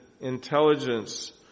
intelligence